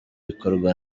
ikorwa